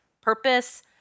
purpose